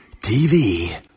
TV